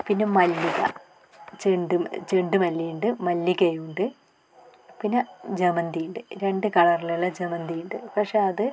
പിന്നെ മല്ലിയില ചെണ്ട് ചെണ്ട് മല്ലി ഉണ്ട് മല്ലിക ഉണ്ട് പിന്നെ ജമന്തി ഉണ്ട് രണ്ട് കളറിലുള്ള ജമന്തി ഉണ്ട് പക്ഷേ അത്